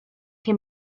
can